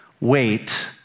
wait